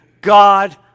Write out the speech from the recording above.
God